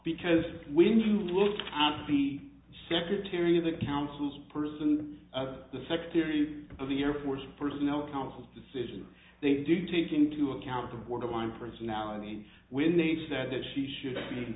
because when you look out the secretary of the councils person or the secretary of the air force personnel council's decision they do take into account the borderline personality when they said that she should